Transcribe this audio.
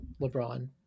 LeBron